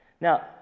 Now